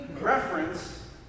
reference